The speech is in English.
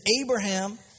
Abraham